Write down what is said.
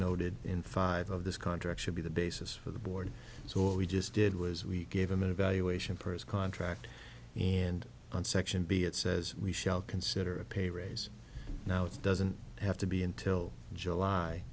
noted in five of this contract should be the basis for the board so we just did was we gave him an evaluation pers contract and on section b it says we shall consider a pay raise now it's doesn't have to be until july